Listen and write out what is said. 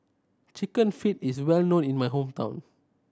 Chicken Feet is well known in my hometown